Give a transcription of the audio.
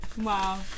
Wow